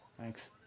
Thanks